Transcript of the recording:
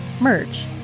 merch